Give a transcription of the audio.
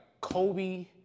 Kobe